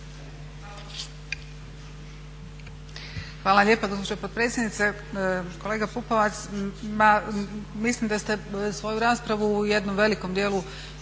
Hvala lijepa gospođo potpredsjednice. Kolega Pupovac ma mislim da ste svoju raspravu u jednom velikom dijelu